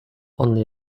only